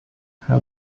how